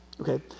okay